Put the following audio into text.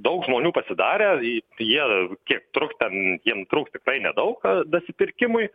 daug žmonių pasidarė e jie kiek truks ten jiem truks tikrai nedaug dasipirkimui